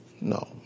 no